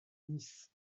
nice